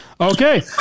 Okay